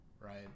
right